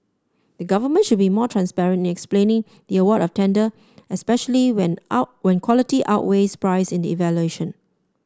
the government should be more transparent in explaining the award of tender especially when out when quality outweighs price evaluation